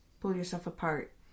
pull-yourself-apart